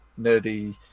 nerdy